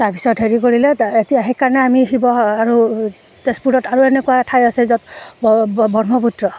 তাৰপিছত হেৰি কৰিলে এতিয়া সেইকাৰণে আমি শিৱস আৰু তেজপুৰত আৰু এনেকুৱা ঠাই আছে য'ত ব্ৰহ্মপুত্ৰ